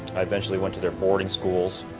i eventually went to their boarding schools